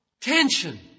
tension